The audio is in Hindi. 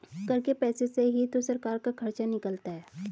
कर के पैसे से ही तो सरकार का खर्चा निकलता है